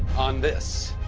on this.